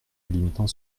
limitant